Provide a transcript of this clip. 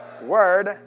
word